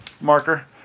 marker